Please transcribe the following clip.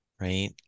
right